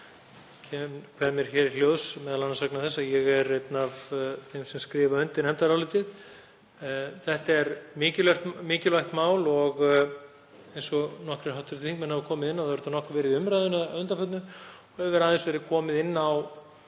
og ég kveð mér hér hljóðs m.a. vegna þess að ég er einn af þeim sem skrifa undir nefndarálitið. Þetta er mikilvægt mál og eins og nokkrir hv. þingmenn hafa komið inn á hefur þetta nokkuð verið í umræðunni að undanförnu og hefur aðeins verið komið inn á